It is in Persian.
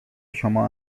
شما